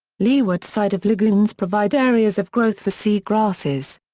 leeward side of lagoons provide areas of growth for sea grasses.